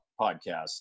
podcast